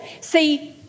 See